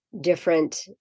different